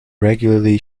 regularly